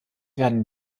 werden